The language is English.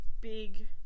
big